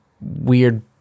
weird